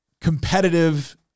competitive